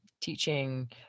teaching